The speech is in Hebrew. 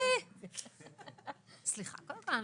תודה, ההסתייגות לא התקבלה.